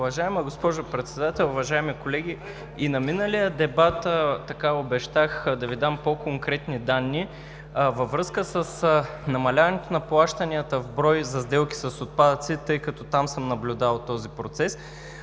Уважаема госпожо Председател, уважаеми колеги! И на миналия дебат обещах да Ви дам по-конкретни данни във връзка с намаляването на плащанията в брой за сделки с отпадъци, тъй като там съм наблюдавал този процес,